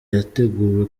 yateguwe